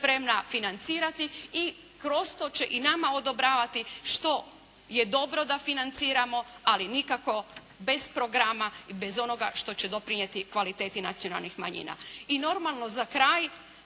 spremna financirati i kroz to će i nama odobravati što je dobro da financiramo, ali nikako bez programa i bez onoga što će doprinijeti kvaliteti nacionalnih manjina. I normalno za kraj.